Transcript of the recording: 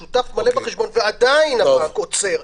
ועדיין הבנק עוצר,